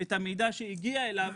את המידע שהגיע אליו.